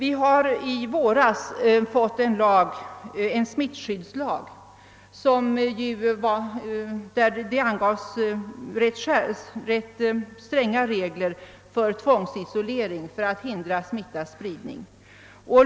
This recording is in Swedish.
I våras infördes en smittskyddslag, där det angavs rätt stränga regler om tvångsisolering för att hindra smittas spridning.